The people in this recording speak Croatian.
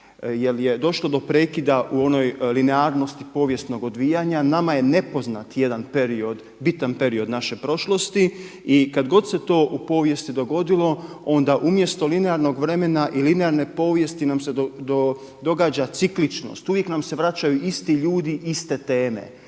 jer je došlo do prekida u onoj linearnosti povijesnog odvijanja. Nama je nepoznat jedan period, bitan period naše prošlosti i kad god se to u povijesti dogodilo onda umjesto linearnog vremena i linearne povijesti nam se događa cikličnost. Uvijek nam se vraćaju isti ljudi, iste teme.